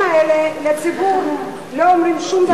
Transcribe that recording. כל המספרים האלה לא אומרים לציבור שום דבר.